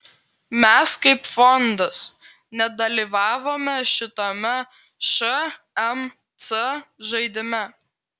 mes kaip fondas nedalyvavome šitame šmc žaidime